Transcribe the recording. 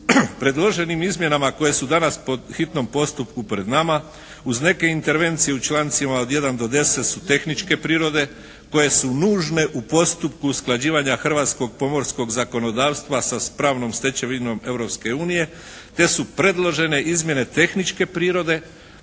Predloženim izmjenama koje su danas po hitnom postupku pred nama uz neke intervencije u člancima od 1. do 10. su tehničke prirode koje su nužne u postupku usklađivanja hrvatskog pomorskog zakonodavstva sa pravnom stečevinom Europske unije gdje su predložene izmjene tehničke prirode